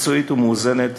מקצועית ומאוזנת